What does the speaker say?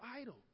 idol